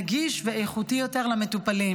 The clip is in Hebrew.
נגיש ואיכותי יותר למטופלים.